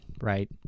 right